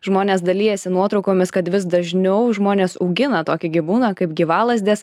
žmonės dalijasi nuotraukomis kad vis dažniau žmonės augina tokį gyvūną kaip gyvalazdes